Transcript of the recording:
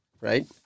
right